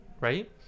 Right